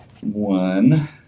one